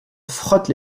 frotte